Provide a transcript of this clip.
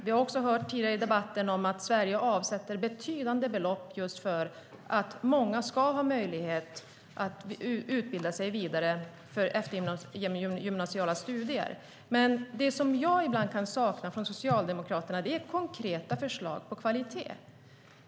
Vi har också tidigare i debatten hört att Sverige avsätter betydande belopp just för att många ska ha möjlighet att utbilda sig vidare genom eftergymnasiala studier. Det jag ibland kan sakna från Socialdemokraterna är konkreta förslag på kvalitet.